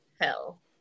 hell